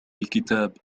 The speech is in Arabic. الكتاب